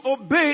obey